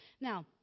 Now